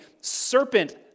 serpent